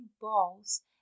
balls